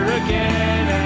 again